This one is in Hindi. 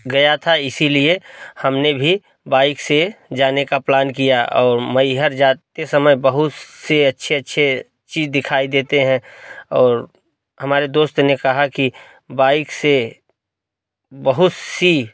गया था इसलिए हमने भी बाइक से जाने का प्लान किया और मैहर जाते समय बहुत से अच्छे अच्छे चीज़ दिखाई देते हैं और हमारे दोस्त ने कहा कि बाइक से बहुत सी